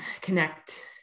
connect